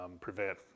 prevent